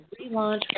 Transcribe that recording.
relaunch